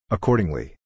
Accordingly